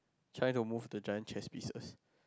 try to move to chance chest pieces